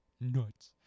nuts